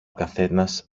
καθένας